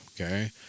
okay